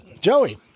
Joey